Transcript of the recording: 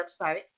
website